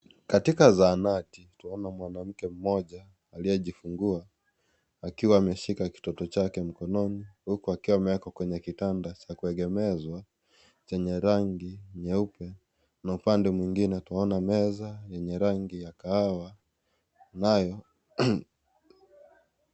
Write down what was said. Kata zahanati utaona mwanamke mmoja aliyejifungua akiwa ameshika kitoto chake mkononi huku akiwa amewekwa kwa kitanda cha kuegemezwa chenye rangi nyeupe, na upande mwingine utaona meza yenye rangi ya kahawa, nayo..